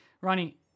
Ronnie